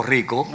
Rico